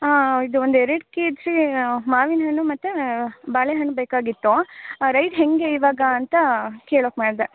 ಇದು ಒಂದು ಎರಡು ಕೆ ಜಿ ಮಾವಿನ ಹಣ್ಣು ಮತ್ತು ಬಾಳೆಹಣ್ಣು ಬೇಕಾಗಿತ್ತು ರೇಟ್ ಹೇಗೆ ಇವಾಗ ಅಂತ ಕೇಳೋಕ್ಕೆ ಮಾಡಿದೆ